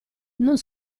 non